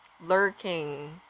lurking